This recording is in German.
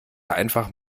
einfach